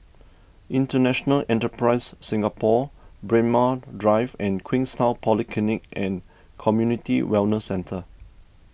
International Enterprise Singapore Braemar Drive and Queenstown Polyclinic and Community Wellness Centre